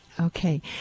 Okay